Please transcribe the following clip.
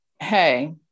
Hey